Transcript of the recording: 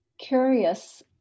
Curious